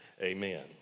amen